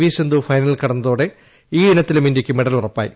V Sindhu ഫൈനലിൽ കടന്നതോടെ ഈ ഇനത്തിലും ഇന്ത്യയ്ക്ക് മെഡൽ ഉറപ്പായി